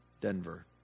Denver